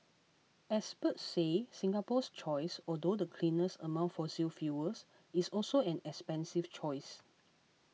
experts say Singapore's choice although the cleanest among fossil fuels is also an expensive choice